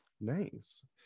Nice